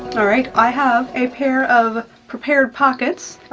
all right, i have a pair of prepared pockets.